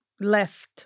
left